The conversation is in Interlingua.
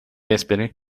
vespere